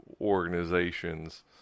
organizations